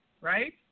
right